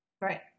right